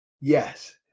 Yes